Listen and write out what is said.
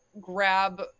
grab